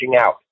out